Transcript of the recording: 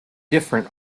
different